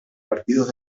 partidos